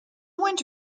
went